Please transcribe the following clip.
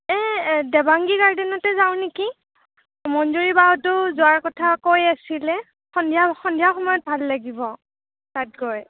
এ দেবাংগী গাৰ্ডেনতে যাওঁ নেকি মঞ্জুৰি বাহঁতো যোৱাৰ কথা কৈ আছিলে সন্ধিয়া সন্ধিয়াৰ সময়ত ভাল লাগিব তাত গৈ